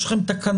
יש לכם תקנות,